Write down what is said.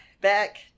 Back